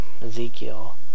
Ezekiel